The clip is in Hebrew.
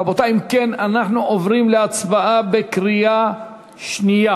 רבותי, אם כן, אנחנו עוברים להצבעה בקריאה שנייה.